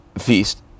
feast